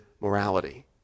morality